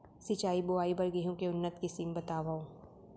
सिंचित बोआई बर गेहूँ के उन्नत किसिम बतावव?